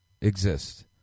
exist